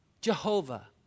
Jehovah